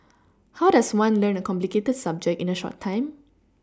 how does one learn a complicated subject in a short time